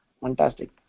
Fantastic